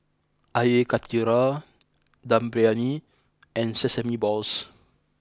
Air Karthira Dum Briyani and Sesame Balls